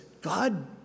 God